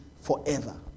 forever